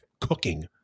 cooking